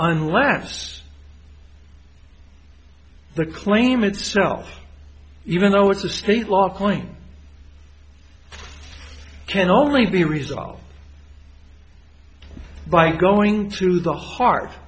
unless the claim itself even though it's a state law calling can only be resolved by going to the heart